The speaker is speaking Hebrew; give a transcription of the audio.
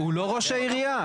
הוא לא ראש העירייה.